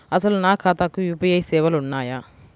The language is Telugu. అసలు నా ఖాతాకు యూ.పీ.ఐ సేవలు ఉన్నాయా?